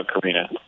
Karina